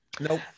Nope